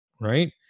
right